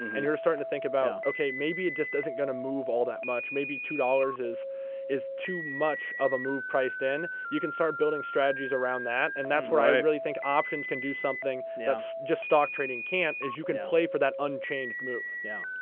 and you're starting to think about, ok, maybe it just isn't going to move all that much. maybe two dollars is is too much of a move priced in. you can start building strategies around that. and that's where i really think options can do something that just stock trading can't as you can play for that unchanged move. yeah.